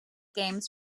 games